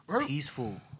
Peaceful